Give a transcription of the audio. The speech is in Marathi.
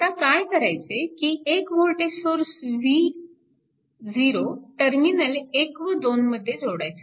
आता काय करायचे की एक वोल्टेज सोर्स V0 टर्मिनल 1 व 2 मध्ये जोडायचा